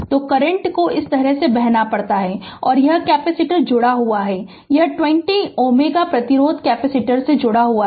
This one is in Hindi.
तो करंट को इस तरह से बहना पड़ता है और यह कैपेसिटर जुड़ा होता है यह 20 Ω प्रतिरोध कैपेसिटर से जुड़ा होता है